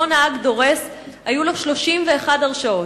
אותו נהג דורס, היו לו 31 הרשעות.